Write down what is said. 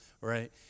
right